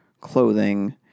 clothing